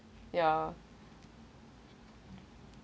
ya